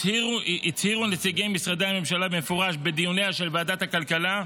הצהירו נציגי משרדי הממשלה במפורש בדיוניה של ועדת הכלכלה,